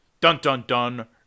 Dun-dun-dun